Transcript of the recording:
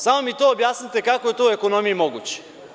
Samo mi to objasnite kako je to u ekonomiji moguće.